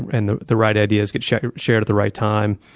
and the the right ideas get shared shared at the right time,